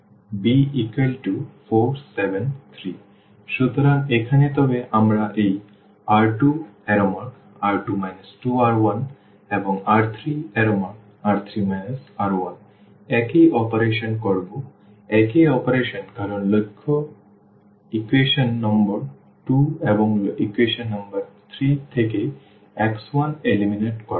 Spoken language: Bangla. b4 7 3 সুতরাং এখানে তবে আমরা এই R2R2 2R1 এবং R3R3 R1 একই অপারেশন করব একই অপারেশন কারণ লক্ষ্য ইকুয়েশন নম্বর 2 এবং ইকুয়েশন নম্বর 3 থেকে x1নির্মূল করা